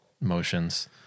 motions